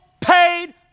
paid